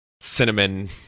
cinnamon